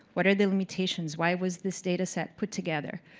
what are the limitations? why was this data set put together.